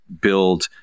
build